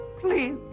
Please